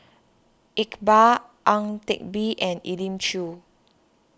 Iqbal Ang Teck Bee and Elim Chew